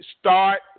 start